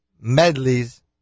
medleys